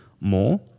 more